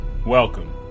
Welcome